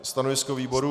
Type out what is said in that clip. Stanovisko výboru?